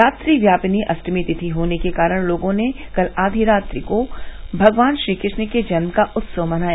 रात्रिव्यापिनी अश्टमी तिथि होने के कारण लोगों ने कल आधी रात को भगवान श्रीकृश्ण के जन्म का उत्सव मनाया